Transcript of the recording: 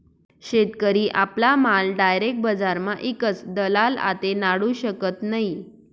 शेतकरी आपला माल डायरेक बजारमा ईकस दलाल आते नाडू शकत नै